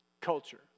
culture